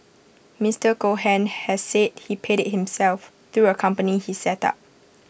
Mister Cohen has said he paid IT himself through A company he set up